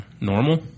normal